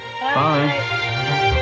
bye